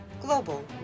Global